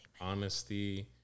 honesty